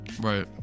Right